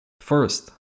First